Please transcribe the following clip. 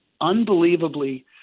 unbelievably